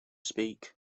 speak